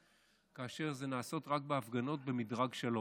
כאשר זה נעשה רק בהפגנות במדרג שלוש.